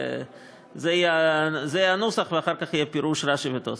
זה יהיה הנוסח, ואחר כך יהיו פירוש רש"י ותוספות.